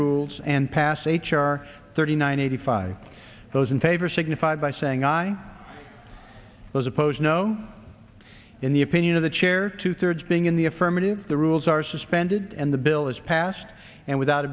rules and pass h r thirty nine eighty five those in favor signified by saying i was opposed no in the opinion of the chair two thirds being in the affirmative the rules are suspended and the bill is passed and without